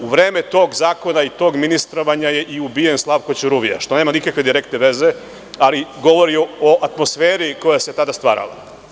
U vreme tog zakona i tog ministrovanja je ubijen i Slavko Ćuruvija, što nema nikakve direktne veze, ali govori o atmosferi koja se tada stvarala.